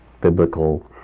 biblical